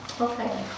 Okay